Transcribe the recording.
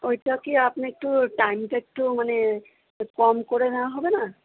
ওইটাকে আপনি একটু টাইমটা একটু মানে কম করে নেওয়া হবে না